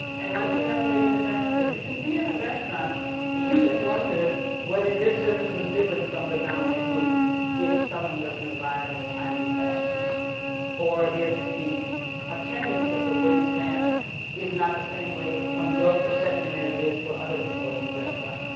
and like the young lady in the back said, you can be in a restaurant and you can wonder whether your service is different from the dominant group if someone doesn't arrive in a timely fashion or if the attendance of the waitstaff is not the same from your perception as it is for other people in the restaurant.